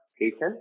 patient